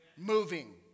Moving